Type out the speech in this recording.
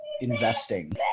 investing